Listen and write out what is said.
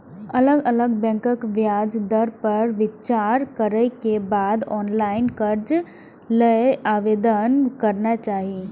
अलग अलग बैंकक ब्याज दर पर विचार करै के बाद ऑनलाइन कर्ज लेल आवेदन करना चाही